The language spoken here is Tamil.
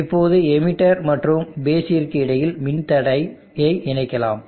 இப்போது எமிட்டர் மற்றும் பேஸ்ஸிற்கு இடையில் மின்தடையை இணைக்கலாம்